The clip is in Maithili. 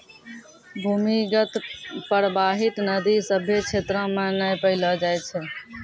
भूमीगत परबाहित नदी सभ्भे क्षेत्रो म नै पैलो जाय छै